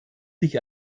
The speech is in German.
sich